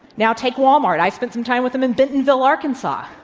now take wal-mart. i spent some time with them in bentonville, arkansas.